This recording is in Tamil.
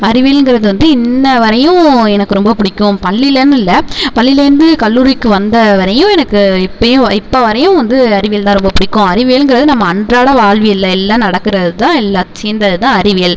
அறிவியலுங்கிறது வந்து இன்ன வரையும் எனக்கு ரொம்பப் பிடிக்கும் பள்ளியிலன்னு இல்லை பள்ளியிலேர்ந்து கல்லூரிக்கு வந்த வரையும் எனக்கு இப்போயும் இப்போ வரையும் வந்து அறிவியல்தான் ரொம்பப் பிடிக்கும் அறிவியலுங்கிறது நம்ம அன்றாட வாழ்வியல்ல எல்லாம் நடக்கிறதுதான் எல்லா சேர்ந்ததுதான் அறிவியல்